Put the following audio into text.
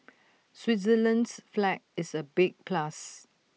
Switzerland's flag is A big plus